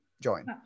join